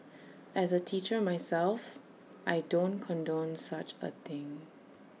as A teacher myself I don't condone such A thing